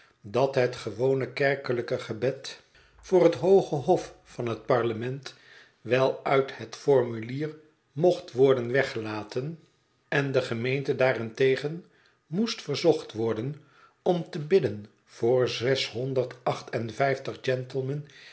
dat het gewone kerkelijke gebed voor het hooge hof van het parlement wel uit het formulier mocht worden weggelaten en de gemeente daarentegen moest verzocht worden om te bidden voor zeshonderd